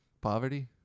Poverty